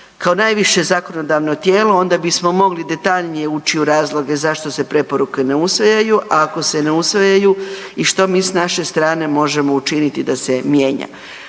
Kao najviše zakonodavno tijelo onda bismo mogli detaljnije ući u razloge zašto se preporuke ne usvajaju, a ako se ne usvajaju i što mi s naše strane možemo učiniti da se mijenja.